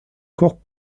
corps